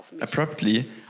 abruptly